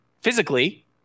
physically